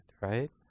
right